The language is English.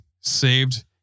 saved